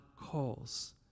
calls